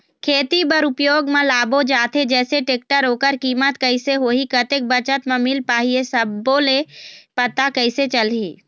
खेती बर उपयोग मा लाबो जाथे जैसे टेक्टर ओकर कीमत कैसे होही कतेक बचत मा मिल पाही ये सब्बो के पता कैसे चलही?